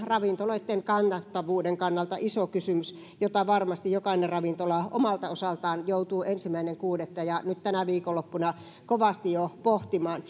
ravintoloitten kannattavuuden kannalta iso kysymys jota varmasti jokainen ravintola omalta osaltaan joutuu ensimmäinen kuudetta ja nyt tänä viikonloppuna kovasti jo pohtimaan